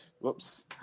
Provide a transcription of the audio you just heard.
Whoops